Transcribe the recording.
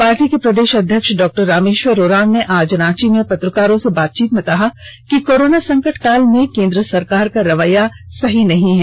party के प्रदेष अध्यक्ष डॉ रामेष्वर उरांव ने आज रांची में पत्रकारों से बातचीत में आरोप लगाया कि कोरोना संकट काल में केन्द्र सरकार का रवैया सही नहीं है